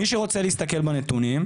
מי שרוצה להסתכל בנתונים,